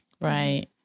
Right